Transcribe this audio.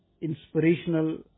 inspirational